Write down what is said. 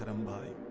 but my